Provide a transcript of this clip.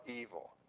evil